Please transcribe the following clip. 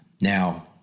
Now